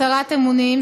הצהרת אמונים),